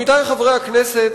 עמיתי חברי הכנסת,